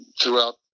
throughout